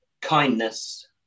kindness